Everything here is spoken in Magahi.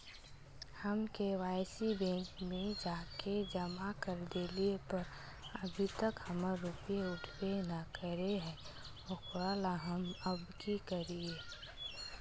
हम के.वाई.सी बैंक में जाके जमा कर देलिए पर अभी तक हमर रुपया उठबे न करे है ओकरा ला हम अब की करिए?